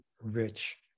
rich